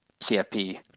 CFP